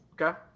Okay